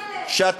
תזדכה עליהם.